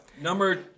Number